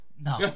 No